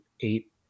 eight